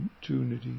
opportunity